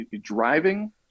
driving